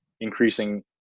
increasing